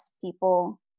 people